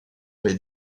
les